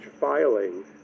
filing